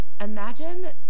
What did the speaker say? Imagine